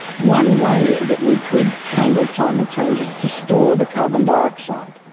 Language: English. one way that we could handle climate change is to store the carbon dioxide.